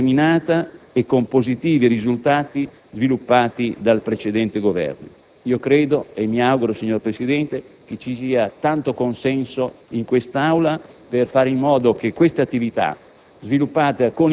ma determinata e con positivi risultati sviluppata dal precedente Governo. Mi auguro, signor Presidente, che vi sia un ampio consenso in quest'Aula per fare in modo che tale attività,